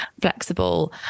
flexible